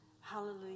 Hallelujah